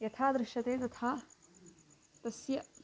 यथा दृश्यते तथा तस्य